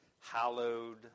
hallowed